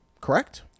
Correct